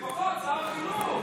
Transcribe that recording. לפחות משר החינוך.